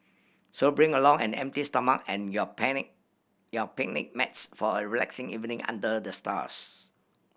so bring along an empty stomach and your panic your picnic mats for a relaxing evening under the stars